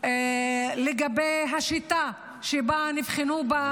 לגבי השיטה שהסטודנטים נבחנו בה.